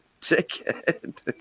ticket